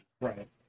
Right